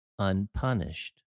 Unpunished